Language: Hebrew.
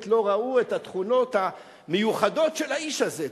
לא ראו את התכונות המיוחדות של האיש הזה.